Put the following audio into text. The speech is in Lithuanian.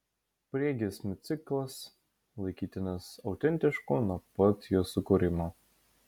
priegiesmių ciklas laikytinas autentišku nuo pat jo sukūrimo